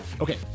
Okay